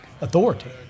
authority